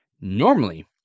normally